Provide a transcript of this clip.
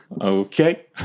Okay